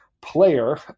player